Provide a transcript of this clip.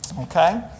okay